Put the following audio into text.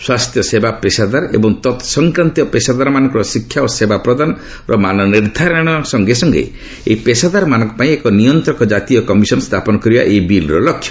ସ୍ୱାସ୍ଥ୍ୟସେବା ପେସାଦାର ଏବଂ ତତ୍ସଂକ୍ରାନ୍ତୀୟ ପେସାଦାରମାନଙ୍କର ଶିକ୍ଷା ଓ ସେବାପ୍ରଦାନର ମାନ ନିର୍ଦ୍ଧାରଣ ସଙ୍ଗେ ଏହି ପେସାଦାରମାନଙ୍କ ପାଇଁ ଏକ ନିୟନ୍ତ୍ରକ ଜାତୀୟ କମିଶନ୍ ସ୍ଥାପନ କରିବା ଏହି ବିଲ୍ର ଲକ୍ଷ୍ୟ